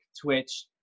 twitch